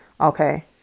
Okay